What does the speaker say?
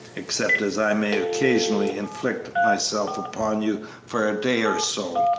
except as i may occasionally inflict myself upon you for a day or so.